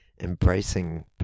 embracing